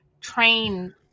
train